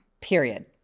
Period